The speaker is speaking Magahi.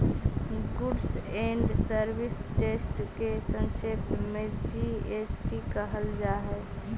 गुड्स एण्ड सर्विस टेस्ट के संक्षेप में जी.एस.टी कहल जा हई